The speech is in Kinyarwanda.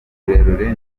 rurerure